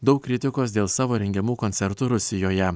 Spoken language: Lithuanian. daug kritikos dėl savo rengiamų koncertų rusijoje